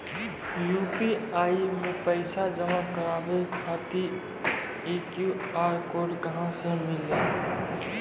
UPI मे पैसा जमा कारवावे खातिर ई क्यू.आर कोड कहां से मिली?